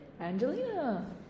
Angelina